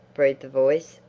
breathed the voice,